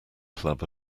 club